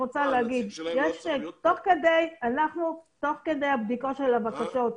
תוך כדי הבדיקות של הבקשות,